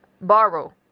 Borrow